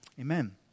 amen